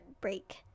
break